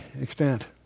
extent